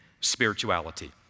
spirituality